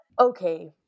okay